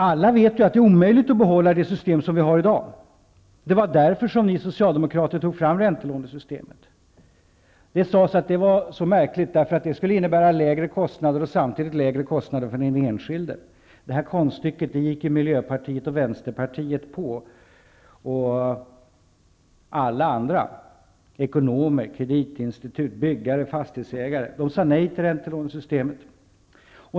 Alla vet att det är omöjligt att behålla det system som vi har i dag. Det var därför som ni socialdemokrater tog fram räntelånesystemet. Det sades att det var så märkligt, därför att det skulle innebära lägre kostnader, även för den enskilde. Det konststycket gick Miljöpartiet och Vänsterpartiet på. Alla andra -- ekonomer, kreditinstitut, byggare och fastighetsägare -- sade nej till räntelånesystemet.